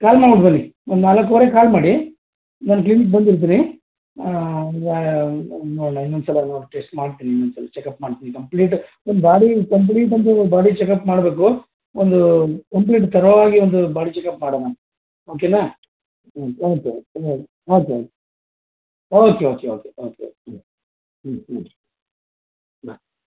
ಕಾಲ್ ಮಾಡ್ಬಿಟ್ಟು ಬನ್ನಿ ಒಂದು ನಾಲ್ಕೂವರೆಗೆ ಕಾಲ್ ಮಾಡಿ ನಾನು ಕ್ಲಿನಿಕ್ ಬಂದಿರ್ತೀನಿ ಇನ್ನೊಂದ್ಸಲ ನೋಡಿ ಟೆಸ್ಟ್ ಮಾಡ್ತೀನಿ ಇನ್ನೊಂದ್ಸಲ ಚಕಪ್ ಮಾಡ್ತೀನಿ ಕಂಪ್ಲೀಟಾಗಿ ನಿಮ್ಮ ಬಾಡಿ ಕಂಪ್ಲೀಟಂತೂ ಬಾಡಿ ಚಕಪ್ ಮಾಡಬೇಕು ಒಂದು ಕಂಪ್ಲೀಟ್ ತರೋ ಆಗಿ ಒಂದು ಬಾಡಿ ಚಕಪ್ ಮಾಡೋಣ ಓಕೆಯಾ okay okay okay okay okay okay hmm hmm hmm ಬಾಯ್